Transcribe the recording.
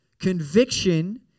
Conviction